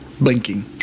blinking